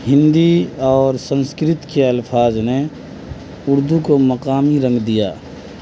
ہندی اور سنسکرت کے الفاظ نے اردو کو مقامی رنگ دیا